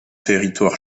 territoire